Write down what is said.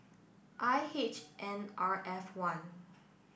I H N R F one